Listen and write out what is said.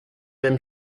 même